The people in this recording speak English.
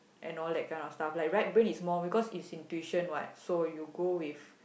and all that kind of stuff like right brain is more because it's intuition what so you go with